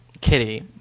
Kitty